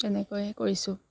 তেনেকৈয়ে কৰিছোঁ